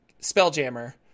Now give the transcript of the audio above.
Spelljammer